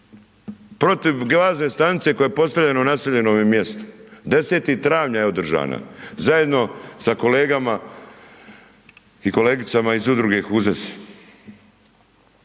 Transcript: protiv bazne stanice koja je postavljena u naseljenome mjestu, 10. travnja je održana zajedno sa kolegama i kolegicama iz Udruge HUZEZ.